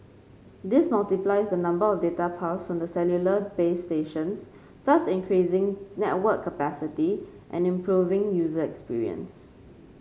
this multiplies the number of data paths from the cellular base stations thus increasing network capacity and improving user experience